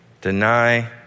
Deny